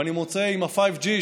ועם ה-G5,